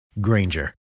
Granger